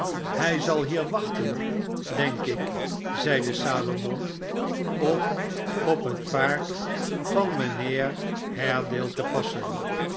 hij zal hier wachten denk ik zeide salomon om op het paard van mijnheer haredale te passen